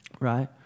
right